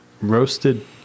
roasted